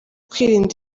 kwirinda